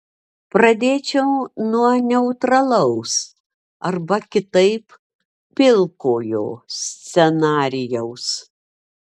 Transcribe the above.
pradėčiau nuo neutralaus arba kitaip pilkojo scenarijaus